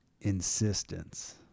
insistence